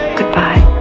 Goodbye